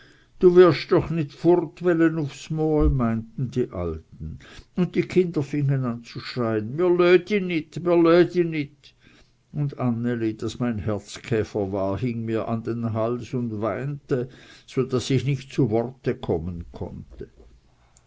du wirsch doch nit furt welle so uf's mol meinten die alten und die kinder fingen an zu schreien mr löh di nit mr löh di nit und anneli das mein herzkäfer war hing mir an den hals und weinte so daß ich nicht zu worten kommen konnte